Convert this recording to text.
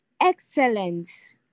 excellence